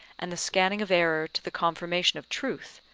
and the scanning of error to the confirmation of truth,